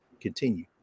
continue